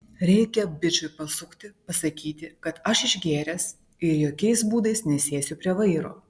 reikia bičui pasukti pasakyti kad aš išgėręs ir jokiais būdais nesėsiu prie vairo